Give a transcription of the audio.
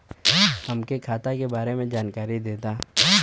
हमके खाता के बारे में जानकारी देदा?